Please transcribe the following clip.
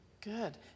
Good